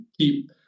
keep